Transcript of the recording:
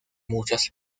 muchas